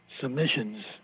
submissions